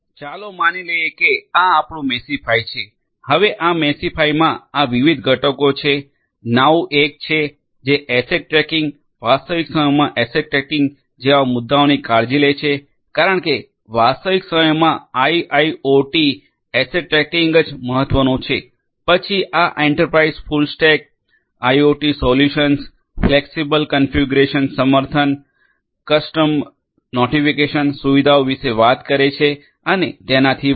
ચાલો માની લઈએ કે આ આપણું મેશિફાઇ છે હવે આ મેશિફાઇમાં આ વિવિધ ઘટકો છે નાઉ 1 છે જે એસેટ ટ્રેકિંગ વાસ્તવિક સમયમાં એસેટ ટ્રેકિંગ જેવા મુદ્દાઓની કાળજી લે છે કારણ કે વાસ્તવિક સમયમાં આઇઆઇઓટી એસેટ ટ્રેકિંગ જ મહત્વનું છે પછી આ enterprise full stack IoT solutions flexible configuration સમર્થન કસ્ટમ નોટિફિકેશન સુવિધાઓ વિશે વાત કરે છે અને તેનાથી વધુ